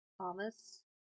thomas